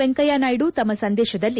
ವೆಂಕಯ್ಥನಾಯ್ದು ತಮ್ಮ ಸಂದೇಶದಲ್ಲಿ